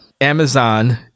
Amazon